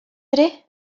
ere